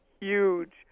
huge